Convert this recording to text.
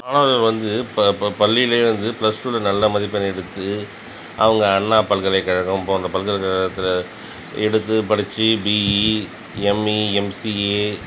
மாணவர்கள் வந்து ப ப பள்ளியில் வந்து ப்ளஸ் டூவில் நல்ல மதிப்பெண் எடுத்து அவங்க அண்ணா பல்கலைக்கழகம் போன்ற பல்கலைக்கழகத்தில் எடுத்து படித்து பிஇ எம்இ எம்சிஏ